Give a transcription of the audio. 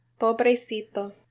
pobrecito